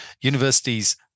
universities